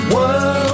World